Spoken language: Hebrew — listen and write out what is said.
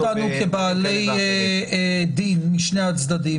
אני לא רואה אותנו כבעלי דין משני הצדדים.